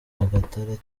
nyagatare